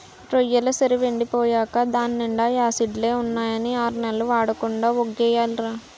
రొయ్యెల సెరువెండి పోయేకా దాన్నీండా యాసిడ్లే ఉన్నాయని ఆర్నెల్లు వాడకుండా వొగ్గియాలిరా